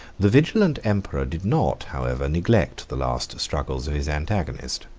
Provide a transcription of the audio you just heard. the vigilant emperor did not, however, neglect the last struggles of his antagonist.